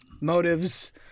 motives